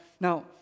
now